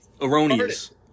erroneous